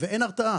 ואין הרתעה.